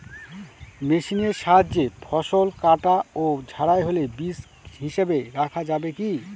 মেশিনের সাহায্যে ফসল কাটা ও ঝাড়াই হলে বীজ হিসাবে রাখা যাবে কি?